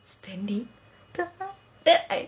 standing